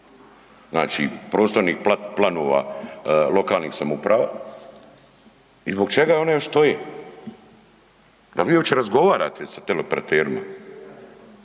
protu prostornih planova lokalnih samouprava i zbog čega još one stoje? Jel vi uopće razgovarate sa teleoperaterima?